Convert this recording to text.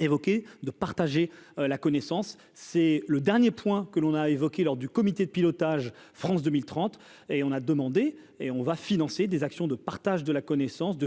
évoquée de partager la connaissance, c'est le dernier point que l'on a évoqué lors du comité de pilotage, France 2030 et on a demandé et on va financer des actions de partage de la connaissance de vulgarisation